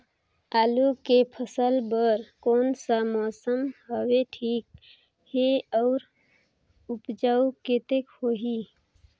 आलू के फसल बर कोन सा मौसम हवे ठीक हे अउर ऊपज कतेक होही?